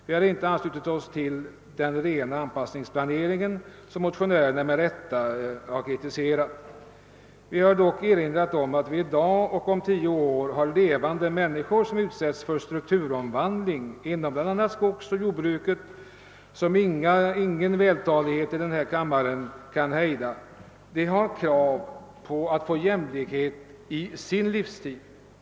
Vi har inte anslutit oss till den rena anpassningsplaneringen, som motionärerna med rätta har kritiserat, men vi har erinrat om att det i dag och inom tio år finns levande människor som utsätts för den strukturomvandling inom bl.a. skogsoch jordbruket som ingen vältalighet i denna kammare kan hejda och att dessa människor kan kräva att få jämlikhet i sin livstid.